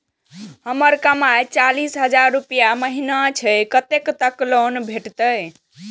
हमर कमाय चालीस हजार रूपया महिना छै कतैक तक लोन भेटते?